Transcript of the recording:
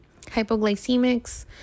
Hypoglycemics